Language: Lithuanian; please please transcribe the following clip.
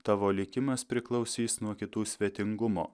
tavo likimas priklausys nuo kitų svetingumo